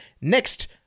next